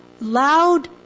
loud